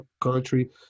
country